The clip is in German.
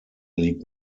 liegt